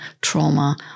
trauma